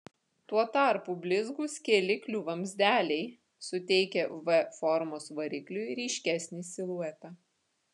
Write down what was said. tuo tarpu blizgūs kėliklių vamzdeliai suteikia v formos varikliui ryškesnį siluetą